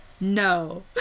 no